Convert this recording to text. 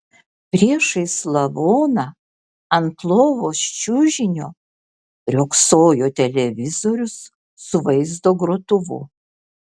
priešais lavoną ant lovos čiužinio riogsojo televizorius su vaizdo grotuvu